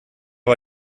war